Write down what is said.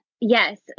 yes